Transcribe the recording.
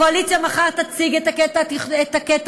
הקואליציה תציג מחר את הקטע החברתי